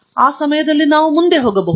ಮತ್ತು ಆ ಸಮಯದಲ್ಲಿ ನಾವು ಮುಂದೆ ಹೋಗಬಹುದು